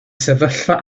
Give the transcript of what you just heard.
sefyllfa